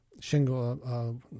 shingle